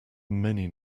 many